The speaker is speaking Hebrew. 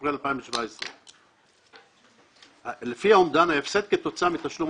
מאפריל 2017. לפי האומדן ההפסד כתוצאה מתשלום